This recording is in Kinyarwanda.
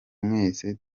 mwese